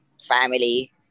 family